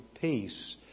peace